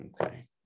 Okay